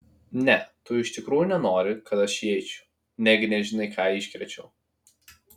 ne tu iš tikrųjų nenori kad aš įeičiau negi nežinai ką iškrėčiau